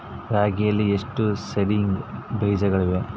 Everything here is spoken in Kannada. ರಾಗಿಯಲ್ಲಿ ಎಷ್ಟು ಸೇಡಿಂಗ್ ಬೇಜಗಳಿವೆ?